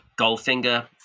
Goldfinger